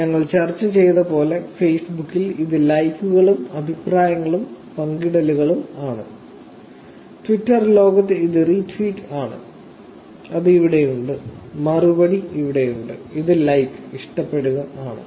ഞങ്ങൾ ചർച്ച ചെയ്തതുപോലെ ഫേസ്ബുക്കിൽ ഇത് ലൈക്കുകളും അഭിപ്രായങ്ങളും പങ്കിടലുകളും ആണ് ട്വിറ്റർ ലോകത്ത് ഇത് റീട്വീറ്റ് ആണ് അത് ഇവിടെയുണ്ട് മറുപടി ഇവിടെയുണ്ട് ഇത് 'ലൈക്ക്'ഇഷ്ടപ്പെടുക ആണ്